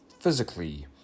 physically